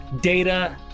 data